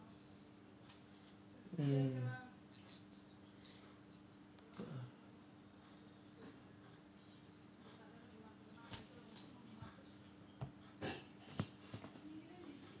mm